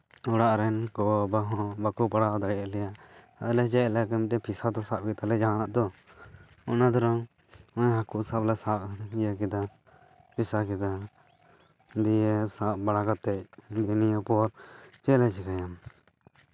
ᱚᱲᱟᱜ ᱨᱮᱱ ᱜᱚᱼᱵᱟᱵᱟ ᱦᱚᱸ ᱵᱟᱠᱚ ᱯᱟᱲᱦᱟᱣ ᱫᱟᱲᱮᱭᱟ ᱞᱮᱭᱟ ᱟᱞᱮ ᱡᱮᱞᱮᱠᱟ ᱢᱤᱫᱴᱮᱱ ᱯᱮᱥᱟ ᱫᱚ ᱥᱟᱵ ᱦᱩᱭᱩᱜ ᱛᱟᱞᱮᱭᱟ ᱡᱟᱦᱟᱱᱟᱜ ᱫᱚ ᱚᱱᱟ ᱛᱷᱮᱲᱚᱝ ᱦᱟᱹᱠᱩ ᱥᱟᱵ ᱞᱮ ᱥᱟᱵ ᱤᱭᱟᱹ ᱠᱟᱫᱟ ᱯᱮᱥᱟ ᱠᱮᱫᱟ ᱫᱤᱭᱮ ᱥᱟᱵ ᱵᱟᱲᱟ ᱠᱟᱛᱮᱜ ᱱᱮᱜ ᱮ ᱱᱤᱭᱟᱹ ᱯᱚᱨ ᱪᱮᱫ ᱞᱮ ᱪᱤᱠᱟᱹᱭᱟ